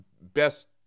best